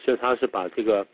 so i was about to go